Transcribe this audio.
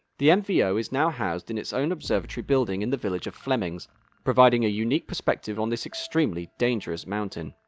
the mvo is now housed in its own observatory building in the village of flemmings now providing a unique perspective on this extremely dangerous mountain.